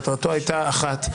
מטרתו הייתה אחת,